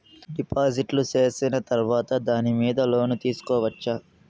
డిపాజిట్లు సేసిన తర్వాత దాని మీద లోను తీసుకోవచ్చా?